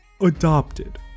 adopted